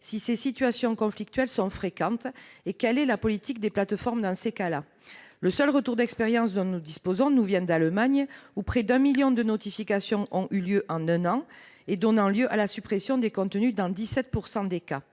si ces situations conflictuelles sont fréquentes et nous ne connaissons pas la politique des plateformes dans ces cas-là. Le seul retour d'expérience dont nous disposons nous vient d'Allemagne, où près d'un million de notifications ont eu lieu en un an, donnant lieu à la suppression des contenus dans 17 % des cas.